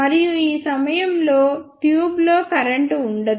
మరియు ఈ సమయంలో ట్యూబ్లో కరెంట్ ఉండదు